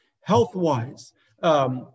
health-wise